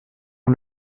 ont